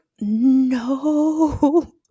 no